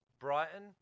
Brighton